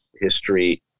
history